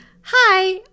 hi